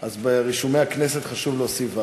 אז ברישומי הכנסת חשוב להוסיף וי"ו.